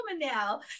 now